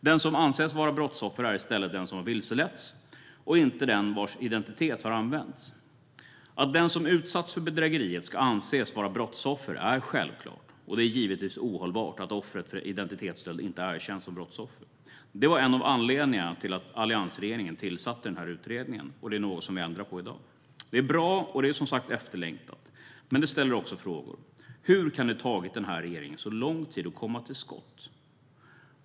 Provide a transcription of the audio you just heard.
Den som anses vara brottsoffer är i stället den som har vilseletts och inte den vars identitet har använts. Att den som utsatts för bedrägeriet ska anses vara brottsoffer är självklart, och det är givetvis ohållbart att offret för identitetsstöld inte erkänns som brottsoffer. Det var en av anledningarna till alliansregeringen tillsatte den här utredningen, och det är något som vi ändrar på i dag. Det är bra, och det är som sagt efterlängtat. Men det ställer också frågor: Hur kan det ha tagit den här regeringen så lång tid att komma till skott?